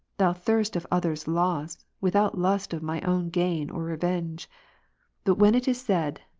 thou thirst of others' loss, without lust of my own gain or revenge but when it is said,